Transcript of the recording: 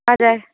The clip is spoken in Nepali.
हजुर